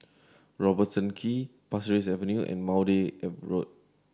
Robertson Quay Pasir Ris Avenue and Maude Road